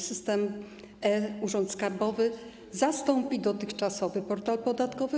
System e-Urząd Skarbowy zastąpi dotychczasowy portal podatkowy.